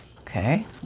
Okay